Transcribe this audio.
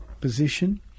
position